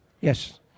Yes